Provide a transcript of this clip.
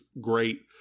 great